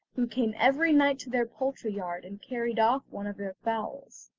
who came every night to their poultry yard, and carried off one of their fowls.